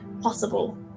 possible